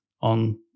on